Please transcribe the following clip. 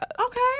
Okay